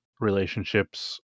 relationships